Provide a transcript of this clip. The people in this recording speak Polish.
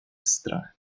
strach